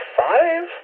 five